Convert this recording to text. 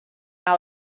how